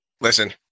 listen